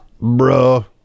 Bro